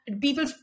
people